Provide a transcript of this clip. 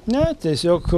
ne tiesiog